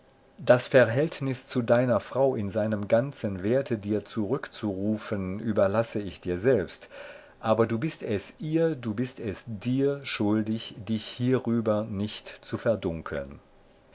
das verhältnis zu deiner frau in seinem ganzen werte dir zurückzurufen überlasse ich dir selbst aber du bist es ihr du bist es dir schuldig dich hierüber nicht zu verdunkeln